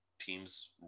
teams